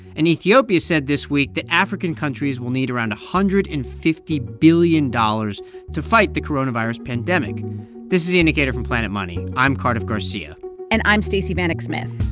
and ethiopia said this week that african countries will need around one hundred and fifty billion dollars to fight the coronavirus pandemic this is the indicator from planet money. i'm cardiff garcia and i'm stacey vanek smith.